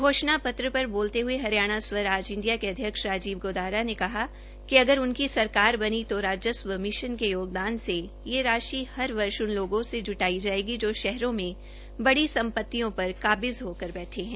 घोषणा पत्र पर बोलते हये हरियाणा स्वराज इंडिया के अध्यक्ष राजीव गोदारा ने कहा कि अगर उनकी सरकार बनी तो राजस्व मिशन के योगदान से ये राशि हर वर्ष उन लोगों से जुटाई जायेगी जो शहरों में बड़ी सम्पतियों पर काबिज़ होकर बैठे है